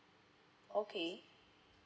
okay